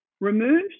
removed